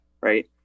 right